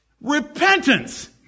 Repentance